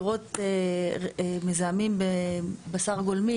"נמכר" יבוא "עוסק במזון לא ייצר,